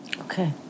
Okay